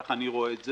כך אני רואה את זה.